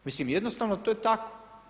Mislim jednostavno to je tako.